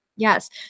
Yes